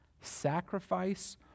sacrifice